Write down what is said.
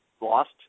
lost